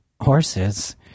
horses